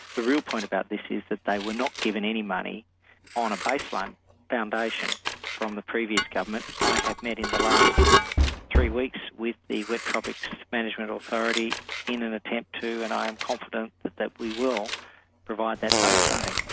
the real point about this is that they were not given any money on a baseline foundation from the previous government. i have met in the last three weeks with the wet tropics management authority in an attempt to and i am confident that that we will provide that base funding.